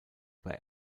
bei